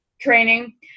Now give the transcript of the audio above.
training